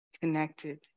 connected